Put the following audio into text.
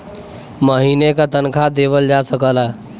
महीने का तनखा देवल जा सकला